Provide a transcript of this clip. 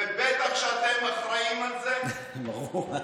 ובטח שאתם אחראים לזה, ברור.